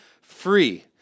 free